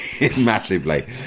Massively